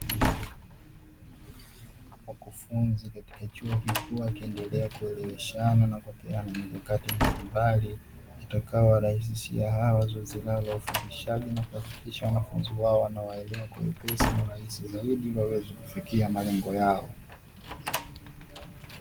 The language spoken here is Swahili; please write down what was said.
Wakufunzi katika chuo kikuu wakiendelea kueleweshana na kuwekeana mikakati mbalimbali itakayowarahisishia zoezi lao la ufundishaji litakalohakikiaha wanafunzi wao wanawaelewa kwa wepesi na urahisi zaidi ili waweze kufikia malengo yao.